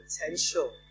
potential